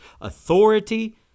authority